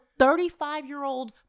35-year-old